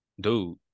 dude